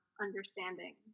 understanding